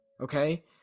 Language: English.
Okay